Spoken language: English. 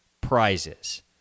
prizes